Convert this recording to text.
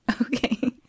Okay